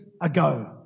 ago